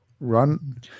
run